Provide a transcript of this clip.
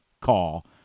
call